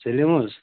سٲلِم حظ